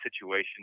situation